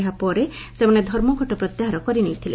ଏହା ପରେ ସେମାନେ ଧର୍ମଘଟ ପ୍ରତ୍ୟାହାର କରିନେଇଥିଲେ